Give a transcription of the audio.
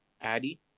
Addy